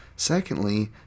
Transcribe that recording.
Secondly